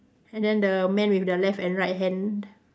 and then the man with the left and right hand